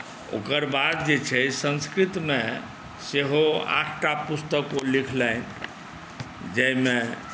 ओकर बाद जे छै संस्कृतमे सेहो आठटा पुस्तक ओ लिखलनि जाहिमे